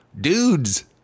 dudes